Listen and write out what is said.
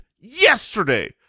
yesterday